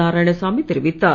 நாராயணசாமி தெரிவித்தார்